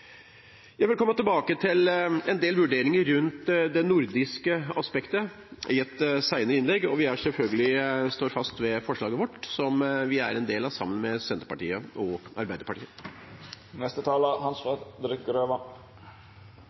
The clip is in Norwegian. Jeg vil komme tilbake til en del vurderinger rundt det nordiske aspektet i et senere innlegg. Vi står fast ved forslaget vårt, som vi er en del av, sammen med Senterpartiet og Arbeiderpartiet.